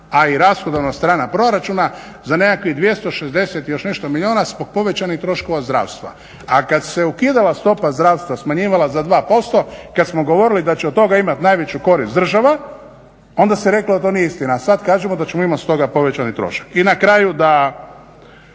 a i rashodovna strana proračuna za nekakvih 260 i još nešto milijuna zbog povećanih troškova zdravstva. A kad se ukidala stopa zdravstva, smanjivala za 2%, kad smo govorili da će od toga imati najveću korist država onda se reklo da to nije istina, a sad kažemo da ćemo imati s toga povećani trošak. I na kraju da